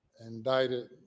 indicted